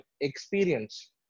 experience